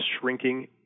shrinking